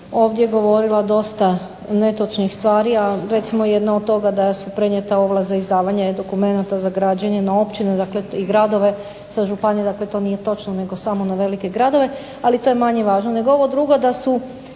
ovdje govorila dosta netočnih stvari, a recimo jedna od toga da su prenijeta ovlast za izdavanje dokumenata za građenje na općine i gradove sa županije dakle to nije točno nego samo na velike gradove. Ali to je manje važno,